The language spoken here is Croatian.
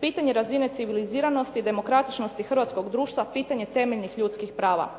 pitanje razine civiliziranosti, demokratičnosti hrvatskog društva, pitanje temeljnih ljudskih prava.